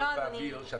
ואם לא,